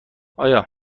آیا